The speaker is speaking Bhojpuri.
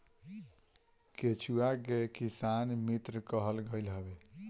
केचुआ के किसान मित्र कहल गईल हवे